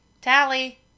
Tally